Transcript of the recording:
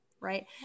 right